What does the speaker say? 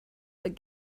but